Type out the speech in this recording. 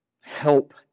help